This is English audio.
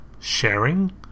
sharing